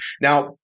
Now